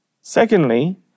Secondly